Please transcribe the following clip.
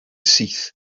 syth